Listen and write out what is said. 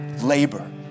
labor